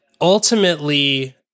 ultimately